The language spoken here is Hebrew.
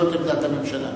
לא את עמדת הממשלה.